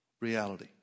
reality